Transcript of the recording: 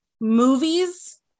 movies